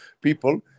people